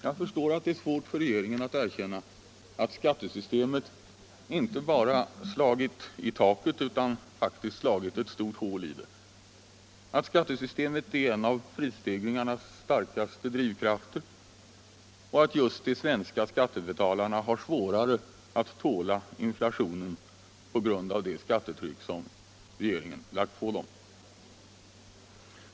Jag förstår att det är svårt för regeringen att erkänna att skattesystemet inte bara har slagit i taket utan faktiskt har slagit ett stort hål i det — att skattesystemet är en av prisstegringarnas starkaste drivkrafter och att just de svenska skattebetalarna har svårare att tåla inflationen på grund av det skattetryck som regeringen har lagt på dem.